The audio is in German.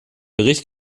bericht